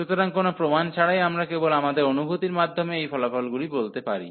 সুতরাং কোন প্রমান ছাড়াই আমরা কেবল আমাদের অনুভুতির মাধ্যমেই এই ফলাফলগুলি বলতে পারি